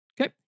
Okay